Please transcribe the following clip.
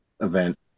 event